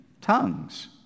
tongues